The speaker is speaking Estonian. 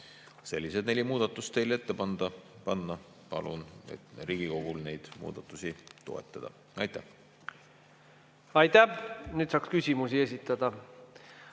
Sellised neli muudatust on teile ette pandud. Palun Riigikogul neid muudatusi toetada. Aitäh! Nüüd saaks küsimusi esitada,